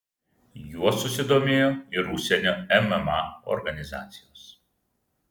juo susidomėjo ir užsienio mma organizacijos